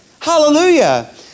Hallelujah